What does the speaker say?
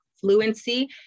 fluency